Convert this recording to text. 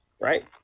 Right